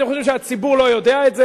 אתם חושבים שהציבור לא יודע את זה?